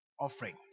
offering